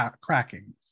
cracking